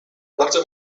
bardzo